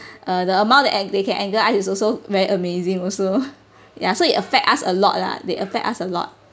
uh the amount that eh they can anger us it's also very amazing also ya so it affect us a lot lah they affect us a lot